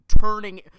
turning